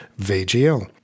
VGL